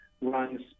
runs